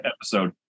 episode